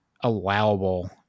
allowable